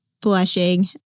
blushing